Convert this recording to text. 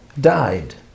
died